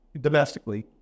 domestically